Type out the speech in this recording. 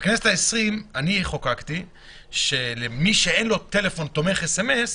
בכנסת העשרים אני חוקקתי שמי שאין לו טלפון תומך סמ"ס,